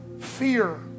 fear